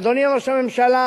ואדוני ראש הממשלה,